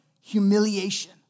humiliation